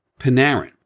Panarin